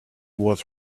was